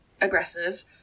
aggressive